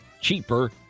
cheaper